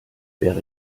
wäre